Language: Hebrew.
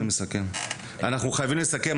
אנחנו חייבים לסיים.